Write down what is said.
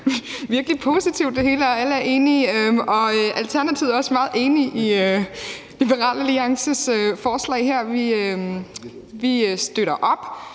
bare virkelig positivt, og alle er enige. Alternativet er også meget enig i Liberal Alliances forslag. Vi støtter op.